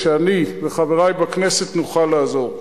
כדי שאני וחברי בכנסת נוכל לעזור.